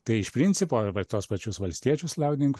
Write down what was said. tai iš principo arba tuos pačius valstiečius liaudininkus